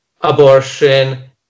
abortion